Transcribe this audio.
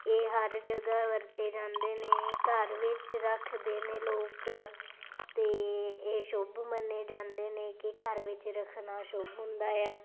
ਇਹ ਹਰ ਜਗ੍ਹਾ ਵਰਤੇ ਜਾਂਦੇ ਨੇ ਘਰ ਵਿੱਚ ਰੱਖਦੇ ਨੇ ਲੋਕ ਅਤੇ ਇਹ ਸ਼ੁਭ ਮੰਨੇ ਜਾਂਦੇ ਨੇ ਕਿ ਘਰ ਵਿੱਚ ਰੱਖਣਾ ਸ਼ੁਭ ਹੁੰਦਾ ਆ